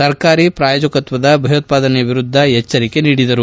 ಸರ್ಕಾರಿ ಪ್ರಾಯೋಜಕತ್ತದ ಭಯೋತ್ಪಾದನೆಯ ವಿರುದ್ದ ಎಚ್ಡರಿಕೆ ನೀಡಿದರು